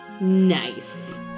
Nice